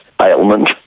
ailment